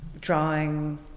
drawing